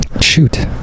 shoot